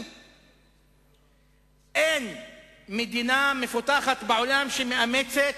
אין מדינה מפותחת בעולם שמאמצת